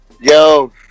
Yo